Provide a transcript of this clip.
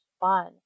fun